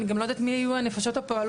אני גם לא יודעת מי יהיו הנפשות הפועלות